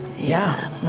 yeah,